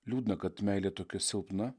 liūdna kad meilė tokia silpna